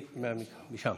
משם.